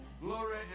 Glory